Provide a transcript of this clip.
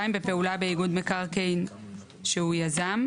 (2)בפעולה באיגוד מקרקעין שהוא יזם,